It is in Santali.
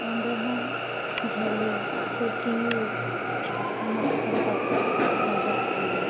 ᱚᱸᱰᱮ ᱦᱚᱸ ᱡᱷᱟᱹᱞᱤ ᱥᱮ ᱴᱤᱭᱩ ᱟᱢᱟᱜ ᱥᱟᱯᱟᱵ ᱞᱟᱜᱟᱜ ᱜᱮᱭᱟ